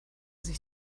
sich